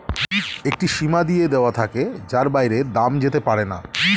একটি সীমা দিয়ে দেওয়া থাকে যার বাইরে দাম যেতে পারেনা